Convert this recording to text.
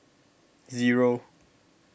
zero